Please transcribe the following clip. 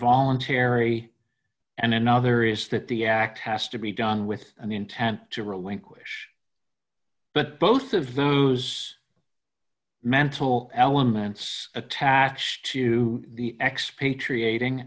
voluntary and another is that the act has to be done with an intent to relinquish but both of those mental elements attached to the expatriat